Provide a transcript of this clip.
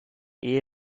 ehe